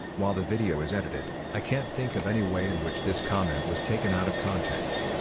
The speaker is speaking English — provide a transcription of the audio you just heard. while the video is edited, i can't think of any way in which this comment was taken out of context.